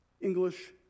English